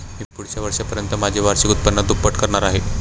मी पुढच्या वर्षापर्यंत माझे वार्षिक उत्पन्न दुप्पट करणार आहे